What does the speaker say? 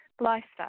lifestyle